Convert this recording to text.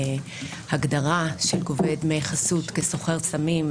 ההגדרה של גובה דמי חסות כסוחר סמים,